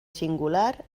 singular